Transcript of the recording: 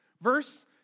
Verse